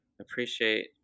appreciate